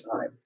time